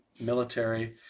military